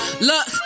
Look